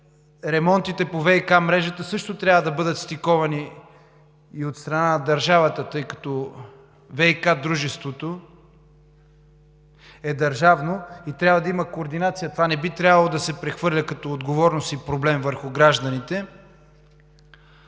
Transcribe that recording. ремонтите по ВиК мрежата също трябва да бъдат стиковани и от страна на държавата, тъй като ВиК дружеството е държавно, и трябва да има координация. Това не би трябвало да се прехвърля като отговорност и проблем върху гражданите.